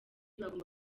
bagomba